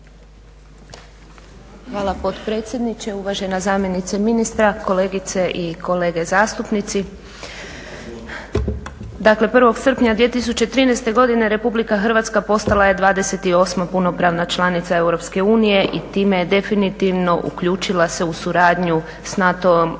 Hvala potpredsjedniče. Uvažena zamjenice ministra, kolegice i kolege zastupnici, dakle 01. srpnja 2013. godine RH postala je 28. punopravna članica EU i time definitivno uključila se u suradnju s NATO-om